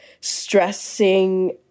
stressing